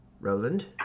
Roland